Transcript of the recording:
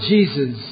Jesus